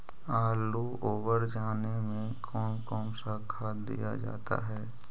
आलू ओवर जाने में कौन कौन सा खाद दिया जाता है?